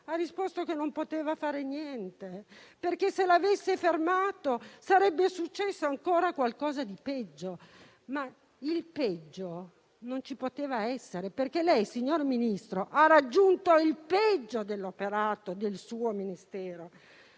ha risposto che non poteva fare niente, perché se l'avesse fermato sarebbe successo qualcosa di peggio. Il peggio però non poteva essere, perché lei, signor Ministro, ha raggiunto il peggio dell'operato del suo Ministero.